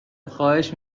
خواهش